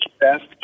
best